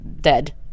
dead